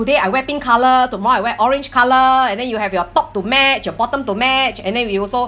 today I wear pink colour tomorrow I wear orange colour and then you have your top to match your bottom to match and then we also